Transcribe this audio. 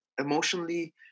emotionally